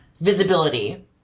visibility